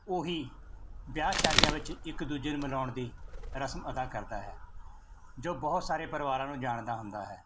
ਉਹੀ ਵਿਆਹ ਸ਼ਾਦੀਆਂ ਵਿੱਚ ਇੱਕ ਦੂਜੇ ਨੂੰ ਮਿਲਾਉਣ ਦੀ ਰਸਮ ਅਦਾ ਕਰਦਾ ਹੈ ਜੋ ਬਹੁਤ ਸਾਰੇ ਪਰਿਵਾਰਾਂ ਨੂੰ ਜਾਣਦਾ ਹੁੰਦਾ ਹੈ